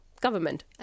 government